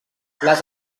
les